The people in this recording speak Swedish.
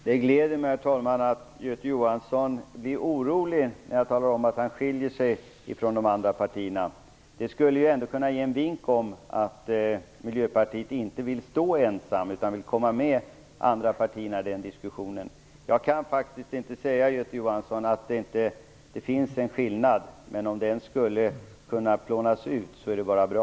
Herr talman! Det gläder mig att Göte Jonsson blir orolig när jag talar om att Moderata samlingspartiet skiljer sig från de andra partierna. Det skulle ju ändå kunna ge en vink om att Moderata samlingspartiet inte vill stå ensamt utan vill komma med de andra partierna i diskussionen. Jag kan faktiskt inte säga att det inte finns någon skillnad, men om den kan utplånas är det bara bra.